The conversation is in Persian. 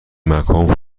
مکان